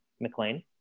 McLean